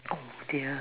oh dear